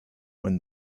when